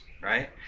right